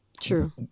True